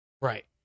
Right